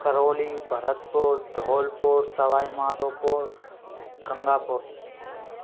Karauli Bharatpur Dhaulpur Sawai Madhopur Gangapur